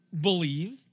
believe